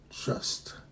trust